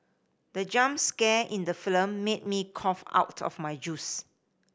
the jump scare in the film made me cough out my juice